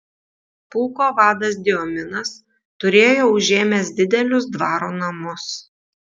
pulko vadas diominas turėjo užėmęs didelius dvaro namus